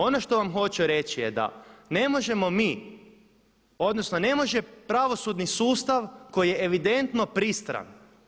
Ono što vam hoću reći je da ne možemo mi odnosno ne može pravosudni sustav koji je evidentno pristran.